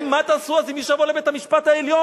מה תעשו אז עם מי שיבוא לבית-המשפט העליון?